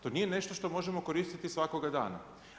To nije nešto što možemo koristiti svakoga dana.